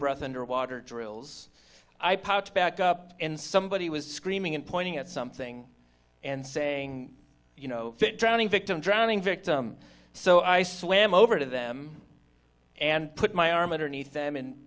breath underwater drills i popped back up and somebody was screaming and pointing at something and saying you know drowning victim drowning victim so i swam over to them and put my arm underneath them and